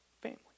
family